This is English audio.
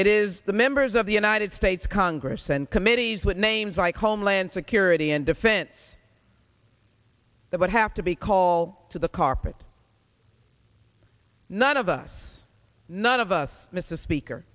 it is the members of the united states congress and committees with names like homeland security and defense that would have to be call to the carpet none of us none of us mr speaker